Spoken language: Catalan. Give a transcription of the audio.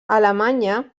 alemanya